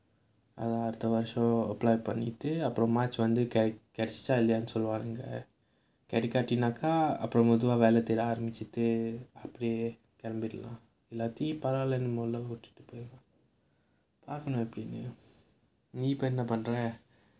அதான் அடுத்த வருஷம்:adhaan adutha varusham apply பண்ணிட்டு அப்புறமா:pannittu appuramaa march வந்து கிடைச்~ கிடைச்சிச்சா இல்லையானு சொல்வாங்க கிடைக்கட்டினாக்க அப்புறம் மெதுவா வேலை தேட ஆரம்பிச்சிட்டு அப்டியே கிளம்பிரலாம் இல்லாட்டி பரவலன்னு இங்கலாம் விட்டுட்டு போயிருவேன் பார்ப்போம் எப்படினு நீ இப்போ என்ன பண்ற:vanthu kidach~ kidaichichaa illayaanu solvaanga kidaikaatinaaka appuram methuvaa velai theda arambichittu appadiyae kilambiralaam illaati paravaalanu ingalaam vituttu poiruvaen paarpom eppadinu nee ippo enna pandra